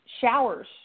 showers